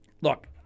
look